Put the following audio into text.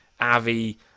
Avi